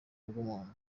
bw’umuntu